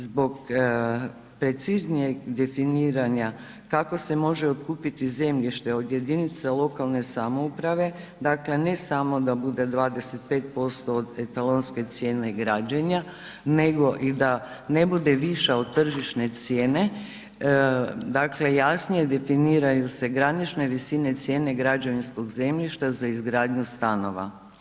Zbog preciznijeg definiranja kako se može otkupiti zemljište od jedinica lokalne samouprave dakle ne samo da bude 25% od etalonske cijene građenja nego i da ne bude viša od tržišne cijene, dakle jasnije definiraju se granične visine cijene građevinskog zemljišta za izgradnju stanova.